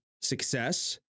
success